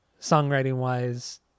Songwriting-wise